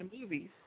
movies